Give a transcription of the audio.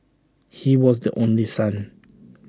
he was the only son